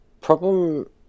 problem